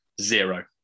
Zero